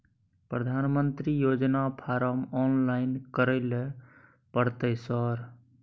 प्रधानमंत्री योजना form online करैले परतै सर?